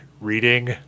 reading